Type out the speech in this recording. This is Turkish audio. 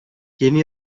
yeni